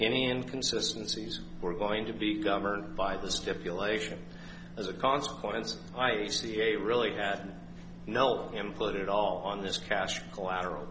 any inconsistency is we're going to be governed by the stipulation as a consequence i e ca really had no input it all on this cash collateral